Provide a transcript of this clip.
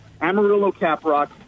Amarillo-Caprock